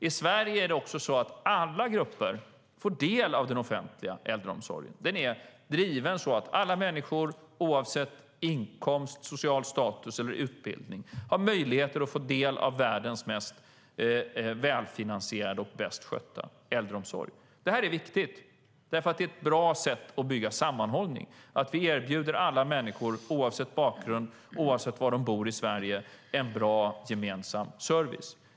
I Sverige är det också så att alla grupper får del av den offentliga äldreomsorgen - den är driven så att alla människor, oavsett inkomst, social status eller utbildning, har möjlighet att få del av världens mest välfinansierade och välskötta äldreomsorg. Det är viktigt, därför att det är ett bra sätt att bygga sammanhållning att vi erbjuder alla människor, oavsett bakgrund och oavsett var de bor i Sverige, en bra gemensam service.